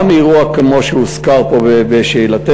גם אירוע כמו זה שהוזכר פה בשאלתך,